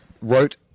wrote